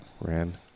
ran